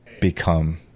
become